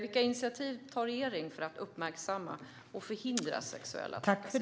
Vilka initiativ tar regeringen för att uppmärksamma och förhindra sexuella trakasserier?